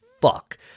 fuck